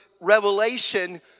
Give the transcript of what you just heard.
revelation